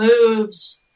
moves